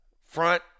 front